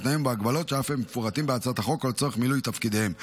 בתנאים ובהגבלות שאף הם מפורטים בהצעת החוק או לצורך מילוי תפקידיהם.